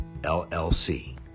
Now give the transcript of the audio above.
LLC